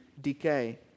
decay